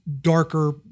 darker